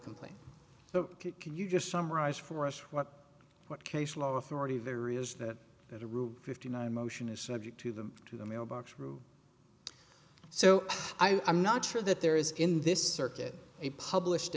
complaint so can you just summarize for us what what case law authority of areas that as a rule fifty nine motion is subject to them to the mailbox through so i'm not sure that there is in this circuit a published